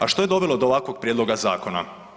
A što je dovelo do ovakvog prijedloga zakona.